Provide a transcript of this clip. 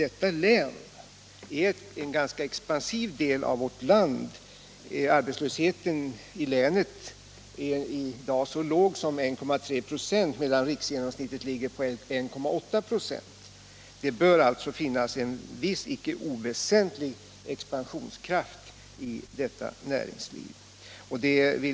Detta län är en ganska expansiv del av LK vårt land. Arbetslösheten i länet är i dag så låg som 1,3 ?6 medan riks — Om sysselsättningsgenomsnittet ligger på 1,8 26. Det bör alltså finnas en viss icke oväsentlig — främjande åtgärder expansionskraft i detta näringsliv.